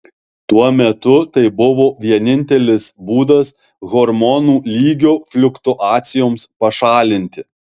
tuo metu tai buvo vienintelis būdas hormonų lygio fliuktuacijoms pašalinti